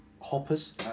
hoppers